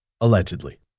Allegedly